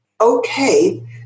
okay